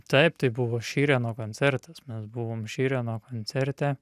taip tai buvo šyreno koncertas mes buvom šyreno koncerte